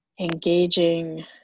engaging